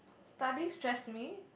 study stress me